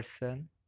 person